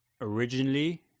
originally